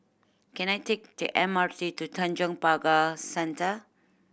can I take the M R T to Tanjong Pagar Centre